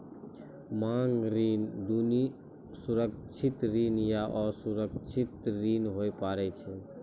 मांग ऋण दुनू सुरक्षित ऋण या असुरक्षित ऋण होय पारै छै